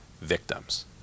victims